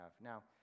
Now